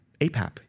APAP